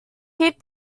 keep